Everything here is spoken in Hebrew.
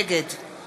נגד